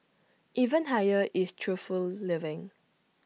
even higher is truthful living